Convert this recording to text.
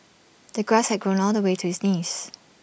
the grass had grown all the way to his knees